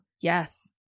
Yes